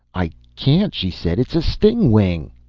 i can't, she said. it's a stingwing!